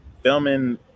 filming